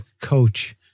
coach